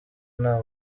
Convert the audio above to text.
nta